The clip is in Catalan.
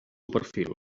perfil